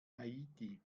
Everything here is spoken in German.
haiti